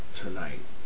tonight